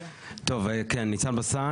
טוב, כן, ניצן בסן.